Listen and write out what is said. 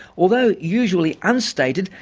although usually unstated,